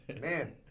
Man